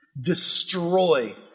destroy